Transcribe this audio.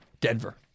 Denver